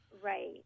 Right